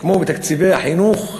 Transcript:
כמו בתקציבי החינוך התורני,